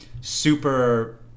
super